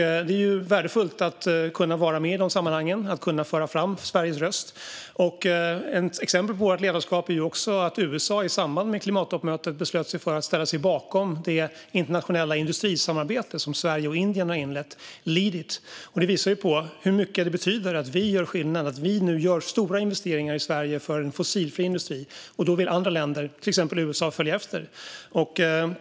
Det är värdefullt att kunna vara med i dessa sammanhang och föra fram Sveriges röst. Ett exempel på vårt ledarskap är också att USA i samband med klimattoppmötet beslutade sig för att ställa sig bakom det internationella industrisamarbete som Sverige och Indien har inlett, Leadit. Det visar på hur mycket det betyder att vi gör skillnad och att vi nu gör stora investeringar i Sverige för en fossilfri industri. Då vill andra länder, till exempel USA, följa efter.